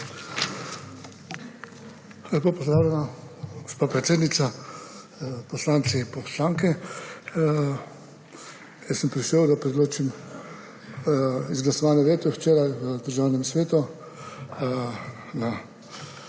Lepo pozdravljena, gospa predsednica, poslanci, poslanke! Jaz sem prišel, da predočim izglasovani veto včeraj na Državnem svetu na